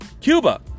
Cuba